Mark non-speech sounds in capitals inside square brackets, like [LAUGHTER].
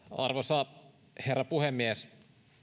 [UNINTELLIGIBLE] arvoisa herra puhemies